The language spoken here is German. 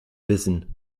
wissen